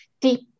deep